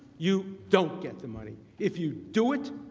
you don't get the money. if you do it,